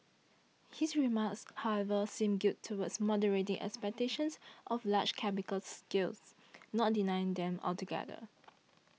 his remarks however seem geared towards moderating expectations of large capital gains not denying them altogether